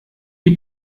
die